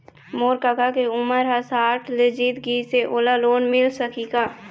मोर कका के उमर ह साठ ले जीत गिस हे, ओला लोन मिल सकही का?